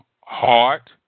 heart